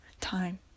time